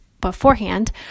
beforehand